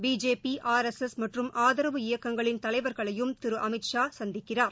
BJP R S S மற்றம் ஆதரவு இயக்கங்களின் தலைவர்களையும் திருஅமித்ஷா சந்திக்கிறார்